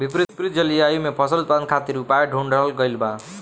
विपरीत जलवायु में फसल उत्पादन खातिर उपाय ढूंढ़ल गइल बा